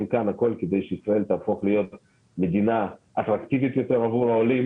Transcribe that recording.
כאן הכול כדי שישראל תהפוך להיות מדינה אטרקטיבית יותר עבור העולים